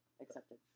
accepted